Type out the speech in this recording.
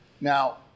Now